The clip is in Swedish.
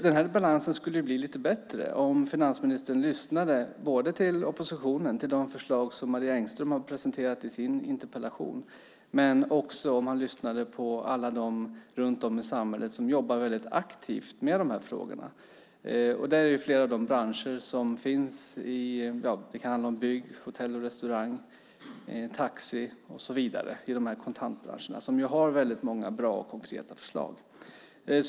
Den här balansen skulle bli lite bättre om finansministern lyssnade både till oppositionen, till de förslag som Marie Engström har presenterat i sin interpellation, och till alla dem runt om i samhället som jobbar väldigt aktivt med de här frågorna. Flera av de så kallade kontantbranscherna - det kan handla om bygg, hotell och restaurang, taxi och så vidare - har väldigt många bra och konkreta förslag.